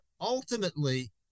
ultimately